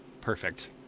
Perfect